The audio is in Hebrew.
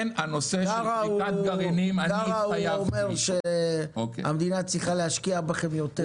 קארה אומר שהמדינה צריכה להשקיע בכם יותר.